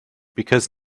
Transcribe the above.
because